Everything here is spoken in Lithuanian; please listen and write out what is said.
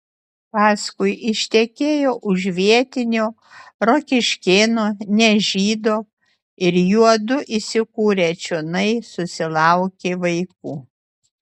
paskui ištekėjo už vietinio rokiškėno ne žydo ir juodu įsikūrę čionai susilaukė vaikų